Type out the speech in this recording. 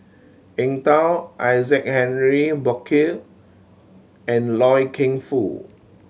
Eng Tow Isaac Henry Burkill and Loy Keng Foo